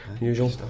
Usual